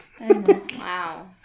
Wow